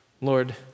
Lord